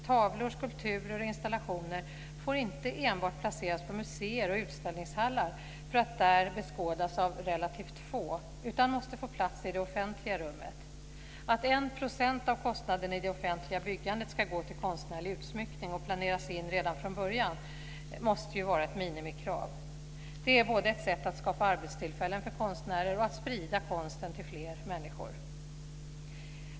Tavlor, skulpturer och installationer får inte enbart placeras på museer och utställningshallar för att där beskådas av relativt få, utan måste få plats i det offentliga rummet. Att 1 % av kostnaden i det offentliga byggandet ska gå till konstnärlig utsmyckning och planeras in redan från början måste ju vara ett minimikrav. Det är ett sätt att både skapa arbetstillfällen för konstnärer och sprida konsten till fler människor.